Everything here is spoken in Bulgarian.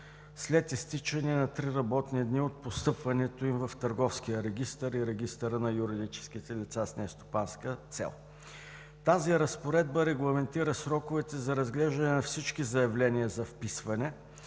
след изтичане на три работни дни от постъпването им в Търговския регистър и Регистъра на юридическите лица с нестопанска цел. Тази разпоредба регламентира сроковете за разглеждане на всички заявления за вписване